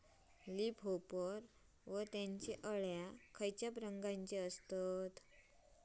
Leaf hopper व त्यानचो अळ्या खैचे रंगाचे असतत?